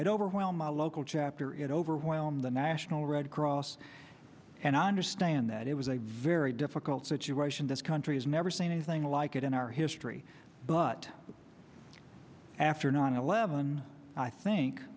it overwhelm our local chapter it overwhelmed the national red cross and i understand that it was a very difficult situation this country has never seen anything like it in our history but after nine eleven i think